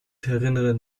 herinneren